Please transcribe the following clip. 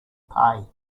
pay